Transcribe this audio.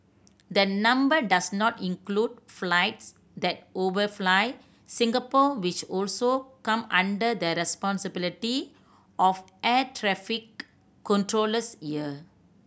the number does not include flights that overfly Singapore which also come under the responsibility of air traffic controllers here